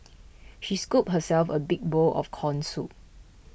she scooped herself a big bowl of Corn Soup